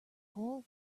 hole